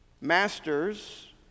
Masters